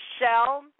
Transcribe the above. Michelle